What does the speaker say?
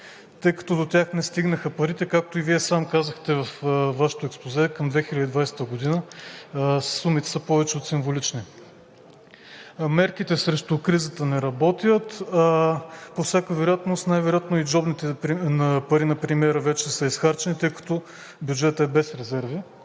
тъй като до тях не стигнаха парите. Както и Вие сам казахте в експозето си, към 2020 г. сумите са повече от символични. Мерките срещу кризата не работят, а най-вероятно и джобните пари на премиера вече са изхарчени, тъй като бюджетът е без резерви.